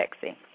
sexy